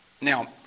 Now